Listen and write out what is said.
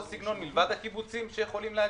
סגנון מלבד הקיבוצים שיכולים להגיש?